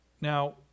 Now